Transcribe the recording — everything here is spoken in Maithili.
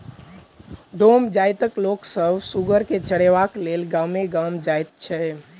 डोम जाइतक लोक सभ सुगर के चरयबाक लेल गामे गाम जाइत छै